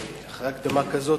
אחרי הקדמה כזאת.